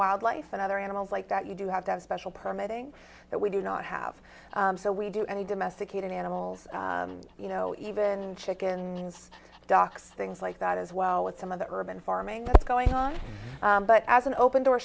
wildlife and other animals like that you do have to have a special permit ng that we do not have so we do any domesticated animals you know even chickens docks things like that as well with some of the urban farming that's going on but as an open door